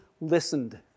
listened